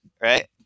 right